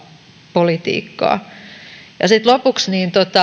politiikkaa sitten lopuksi